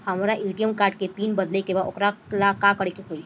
हमरा ATM card के pin बदले के बा वोकरा ला का करे के होई?